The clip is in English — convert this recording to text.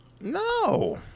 No